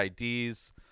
ids